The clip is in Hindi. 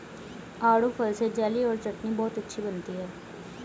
आड़ू फल से जेली और चटनी बहुत अच्छी बनती है